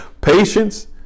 patience